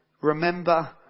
Remember